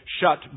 shut